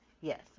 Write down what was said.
Yes